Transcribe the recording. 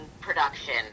production